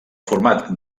format